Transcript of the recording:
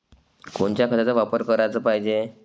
कोनच्या खताचा वापर कराच पायजे?